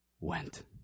went